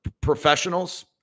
professionals